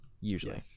usually